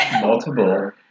Multiple